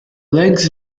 legs